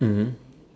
mm